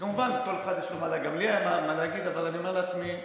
וכמובן לכל אחד יש מה להגיד, אבל אני אומר לעצמי: